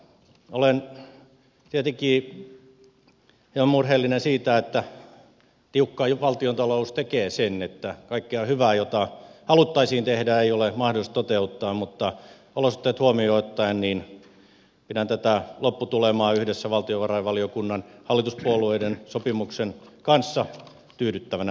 olen tietenkin hieman murheellinen siitä että tiukka valtiontalous tekee sen että kaikkea hyvää mitä haluttaisiin tehdä ei ole mahdollista toteuttaa mutta olosuhteet huomioon ottaen pidän tätä lopputulemaa yhdessä valtiovarainvaliokunnan ja hallituspuolueiden sopimuksen kanssa tyydyttävänä ratkaisuna